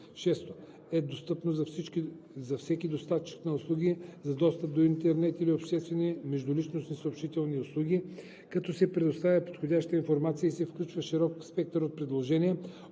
6. е достъпно за всеки доставчик на услуги за достъп до интернет или обществени междуличностни съобщителни услуги, като се предоставя подходяща информация и се включва широк спектър от предложения,